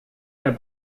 herr